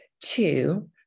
Two